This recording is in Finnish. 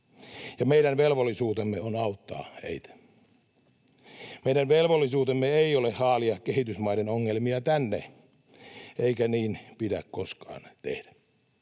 meidän velvollisuutemme on auttaa heitä. Meidän velvollisuutemme ei ole haalia kehitysmaiden ongelmia tänne, eikä niin pidä koskaan tehdä.